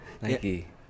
Nike